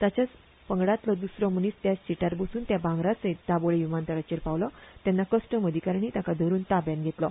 तांच्याच पंगडातलो द्सरो मनीस त्याच सिटार बसून त्या भांगरासयत दाबोळे विमानतळाचेर पावलो तेन्ना कस्टम अधिभार्यानी ताका धरून ताब्यांत घेतलो